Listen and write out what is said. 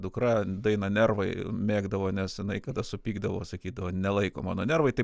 dukra dainą nervai mėgdavo nes jinai kada supykdavo sakydavo nelaiko mano nervai tai